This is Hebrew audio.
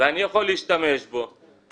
ואני יכול להשתמש בו --- חלק מהפיגום.